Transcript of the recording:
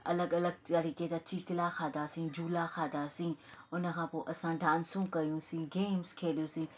अलॻि अलॻि तरीक़े जा चिकला खाधासीं झूला खाधासीं हुन खां पोइ असां डान्सूं कयूंसीं गेम्स खेॾियूंसीं